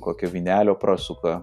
kokio vynelio prasuka